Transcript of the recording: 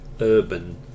urban